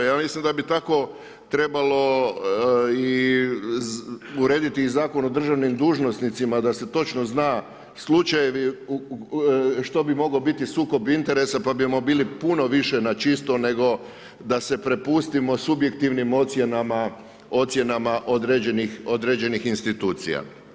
Ja mislim da bi tako trebalo i urediti i Zakon o državnim dužnosnicima da se točno znaju slučajevi što bi mogao biti sukob interesa pa bismo bili puno više na čisto nego da se prepustimo subjektivnim ocjenama određenih institucija.